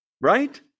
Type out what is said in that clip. Right